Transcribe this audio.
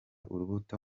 urubuto